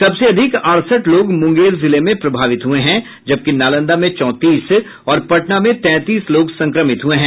सबसे अधिक अड़सठ लोग मुंगेर जिले में प्रभावित हुये हैं जबकि नालंदा में चौंतीस और पटना में तैंतीस लोग संक्रमित हुये हैं